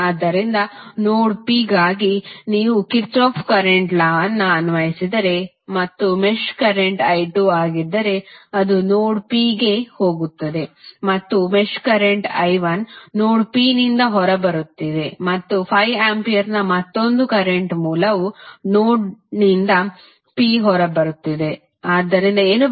ಆದ್ದರಿಂದ node P ಗಾಗಿ ನೀವು ಕಿರ್ಚಾಫ್ ಕರೆಂಟ್ ಲಾ ಅನ್ನು ಅನ್ವಯಿಸಿದರೆ ಮತ್ತು ಮೆಶ್ ಕರೆಂಟ್ i2 ಆಗಿದ್ದರೆ ಅದು ನೋಡ್ P ಗೆ ಹೋಗುತ್ತದೆ ಮತ್ತು mesh current i1 node P ನಿಂದ ಹೊರಬರುತ್ತಿದೆ ಮತ್ತು 5 ಆಂಪಿಯರ್ನ ಮತ್ತೊಂದು ಕರೆಂಟ್ ಮೂಲವು ನೋಡ್ನಿಂದ P ಹೊರಬರುತ್ತಿದೆ ಆದ್ದರಿಂದ ಏನು ಬರೆಯಬಹುದು